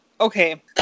Okay